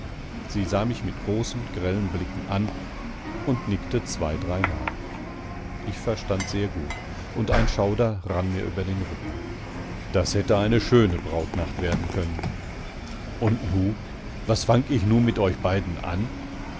sie sah mich mit großen grellen blicken an und nickte zwei dreimal ich verstand sehr gut und ein schauder rann mir über den rücken das hätte eine schöne brautnacht werden können und nu was fang ich nu mit euch beiden an